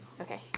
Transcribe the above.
Okay